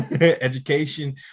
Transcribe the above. education